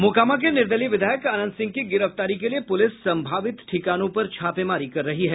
मोकामा के निर्दलीय विधायक अनंत सिंह की गिरफ्तारी के लिए प्रलिस संभावित ठिकानों पर छापेमारी कर रही है